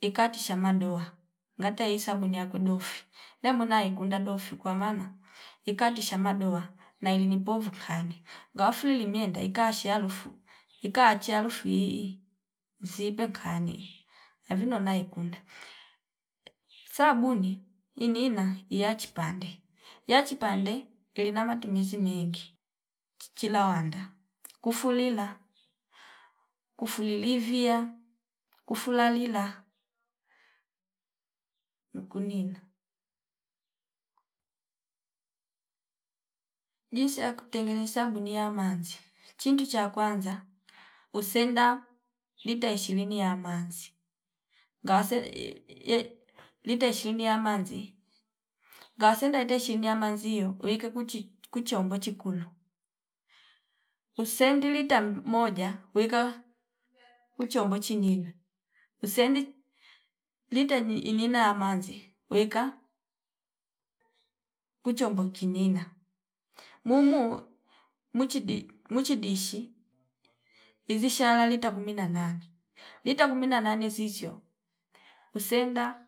ikatisha madoa ngataii sabuni yakwe dofi namwena yaikunda dofi kwa maana ikattisha madoa naili ni povu kani ngawa fuli limienda ikashi halufu ikaachia halufu iyiyi zipe nkhani yavino naikunda, sabuni inina iyachipande ya chipande ilinama matumizi mengi chilawanda kufulila kufulili vya kufulalila nkunina. Jinsi ya kutengene sabuni ya manzi chinki cha kwanza usenda lita ishirini yamanzi ngawase ye lit ishilini ya manzi ngawasende lita ishilini ya manzi yo weike kuchi kuchomba chikula usendi lita moja weka kuchombo chinina usendi lita ni inina ya manzi weka kuchombo ki nina muumu mwichidi mwichi dishi izisha yalali lita kumi na nane lita kumi na nane zizyo usenda